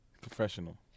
Professional